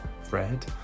fred